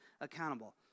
accountable